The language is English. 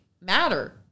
matter